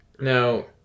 Now